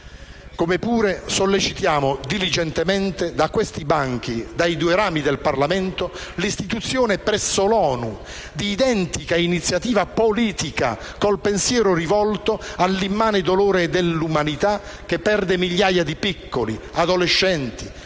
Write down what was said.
Sollecitiamo altresì diligentemente, dai banchi dei due rami del Parlamento, l'istituzione presso l'ONU di identica iniziativa politica, con il pensiero rivolto all'immane dolore dell'umanità che perde migliaia di piccoli, adolescenti,